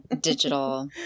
digital